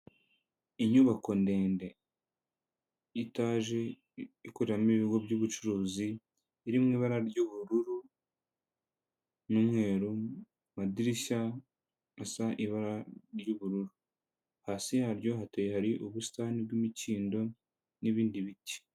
Inyubako ndende y'itaje ikoreramo ibigo by'ubucuruzi, iri mu ibara ry'ubururu n'umweru, amadirishya asa ibara ry'ubururu, hasi yaryo hari ubusitani bw'imikindo n'ibindi biti.